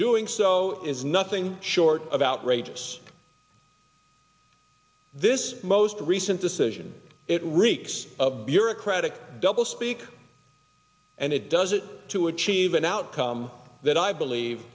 doing so is nothing short of outrageous this most recent decision it reeks of bureaucratic double speak and it does it to achieve an outcome that i believe